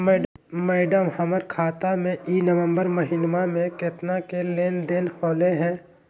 madam, हमर खाता में ई नवंबर महीनमा में केतना के लेन देन होले है